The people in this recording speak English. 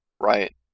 Right